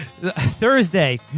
Thursday